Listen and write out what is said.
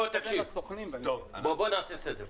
בוא נעשה סדר.